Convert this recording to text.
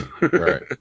Right